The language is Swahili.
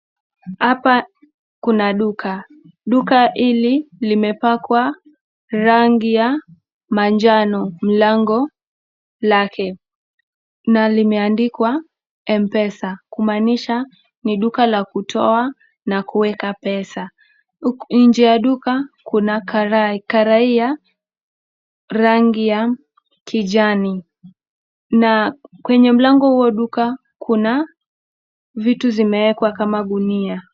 Hapa kuna duka duka hili limepakwa rangi ya manjano lango lake na limeandikwa mpesa kumaanisha ni duka la kutoa na kuweka pesa. Nje ya duka kuna karai karai ya rangi ya kijani na kwenye mlango wa huo duka kuna vitu vimewekwa kama gunia.